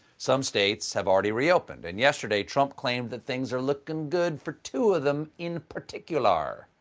some states have already reopened, and yesterday, trump claimed that things are looking good for two of them in particular.